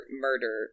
murder